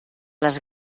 les